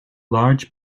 large